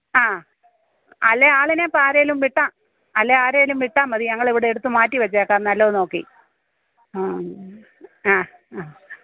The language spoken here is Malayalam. ആ അല്ലേ ആളിനെ ഇപ്പാരെയും വിട്ടാൽ അല്ലേ ആരേലും വിട്ടാൽ മതി ഞങ്ങൾ ഇവിടെ എടുത്തു മാറ്റി വെച്ചേക്കാം നല്ലത് നോക്കി ആ ആ ആ